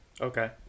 Okay